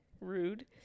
Rude